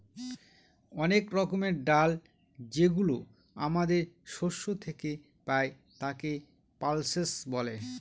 অনেক রকমের ডাল যেগুলো আমাদের শস্য থেকে পাই, তাকে পালসেস বলে